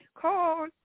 Call